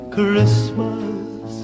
Christmas